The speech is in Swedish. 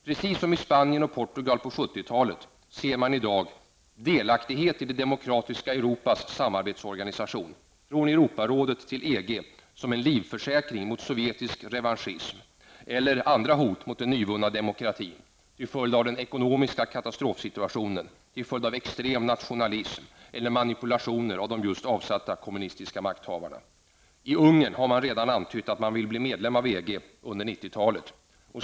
Precis som i Spanien och Portugal under 70-talet ser man i dag delaktighet i det demokratiska Europas samarbetsorganisation, från Europarådet till EG, som en livförsäkring mot sovjetisk revanschism eller mot andra hot mot den nyvunna demokratin till följd av den ekonomiska katastrofsituationen, av extrem nationalism eller av manipulationer från de just avsatta kommunistiska makthavarna. I Ungern har man redan antytt att man vill bli medlem i EG under 90-talet.